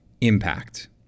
impact